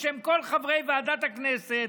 בשם כל חברי ועדת הכנסת,